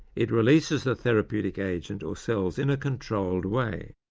it releases the therapeutic agent or cells in a controlled way.